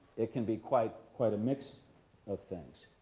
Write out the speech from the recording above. it can be quite quite a mix of things.